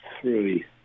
three